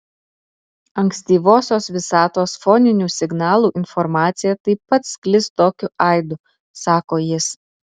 ankstyvosios visatos foninių signalų informacija taip pat sklis tokiu aidu sako jis